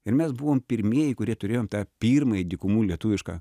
ir mes buvom pirmieji kurie turėjom tą pirmąjį dykumų lietuvišką